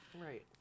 Right